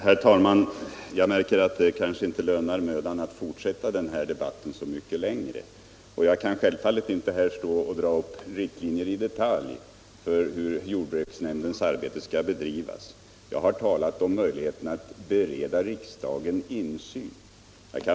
Herr talman! Jag märker att det inte lönar mödan att fortsätta denna debatt så mycket längre. Och självfallet kan jag inte stå här och dra upp riktlinjer i detalj för hur jordbruksnimndens arbete skall bedrivas. Jag har talat om möjligheterna att bereda riksdagen insyn.